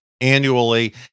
annually